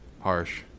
Harsh